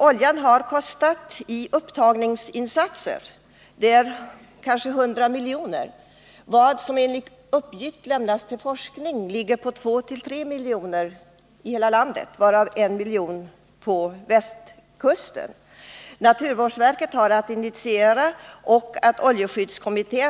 Oljan har, vad gäller insatser i samband med upptagning, kostat kanske 100 milj.kr. Enligt uppgift lämnas till forskning 2-3 milj.kr. i hela landet, varav 1 miljon till västkusten. Naturvårdsverket har att initiera åtgärder, och det är också viktigt